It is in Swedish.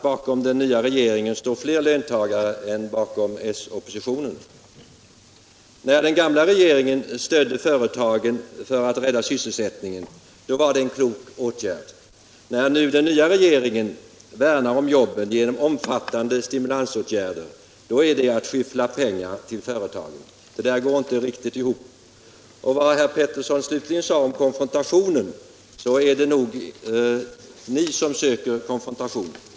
Bakom den nya regeringen står nog fler löntagare än bakom s-oppositionen. När den gamla regeringen stödde företagen för att rädda sysselsättningen var det en klok åtgärd. När nu den nya regeringen värnar om jobben genom omfattande stimulansåtgärder är det att skyffla pengar till företagen. Det går inte riktigt ihop. Vad herr Pettersson slutligen sade om konfrontation stämmer inte heller riktigt. Det är nog ni som söker konfrontation.